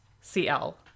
CL